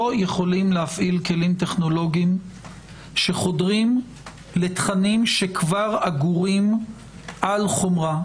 לא יכולים להפעיל כלים טכנולוגיים שחודרים לתכנים שכבר אגורים על חומרה.